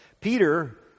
Peter